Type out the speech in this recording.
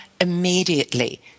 immediately